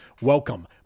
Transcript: Welcome